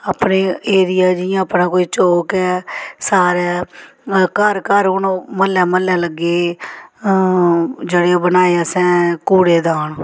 अपने एरिया जि'यां अपना कोई चौक ऐ सारे घर घर हून म्हल्ले म्हल्ले लग्गे जेह्ड़े ओह् बनाए असें कूड़ेदान